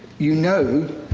you know,